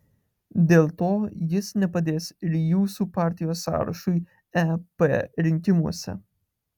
dėl to jis nepadės ir jūsų partijos sąrašui ep rinkimuose